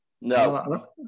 No